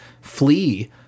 flee